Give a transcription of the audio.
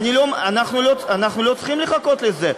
אנחנו לא צריכים לחכות לזה.